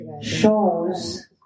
shows